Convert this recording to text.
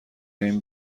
این